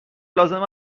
لازم